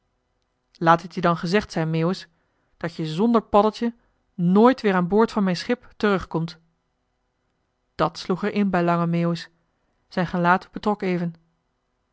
laat het je dan gezegd zijn meeuwis dat je zonder paddeltje nooit weer aan boord van mijn schip terugkomt dat sloeg er in bij lange meeuwis zijn gelaat betrok even